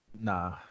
Nah